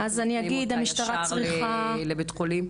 האם שולחים אותה ישר לבית חולים?